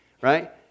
right